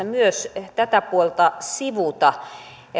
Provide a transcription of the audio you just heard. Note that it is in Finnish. myös tätä puolta sivuta